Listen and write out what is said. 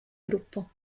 gruppo